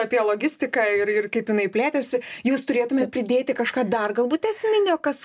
apie logistiką ir ir kaip jinai plėtėsi jūs turėtumėt pridėti kažką dar galbūt esminio kas